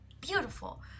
Beautiful